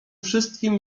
wszystkim